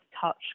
touch